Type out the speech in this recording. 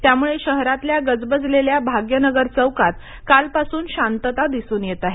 त्यामुळे शहरातल्या गजबजलेल्या भाग्यनगर चौकात कालपासून शांतता दिसून येत आहे